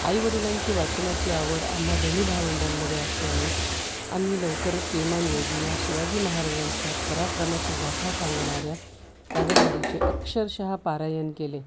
आईवडिलांची वाचनाची आवड आम्हां दोन्ही भावंडांमध्ये असल्याने आम्ही लवकरच श्रीमान योगी या शिवाजी महाराजांच्या पराक्रमाची गाथा सांगणाऱ्या कादंबरीचे अक्षरशः पारायण केले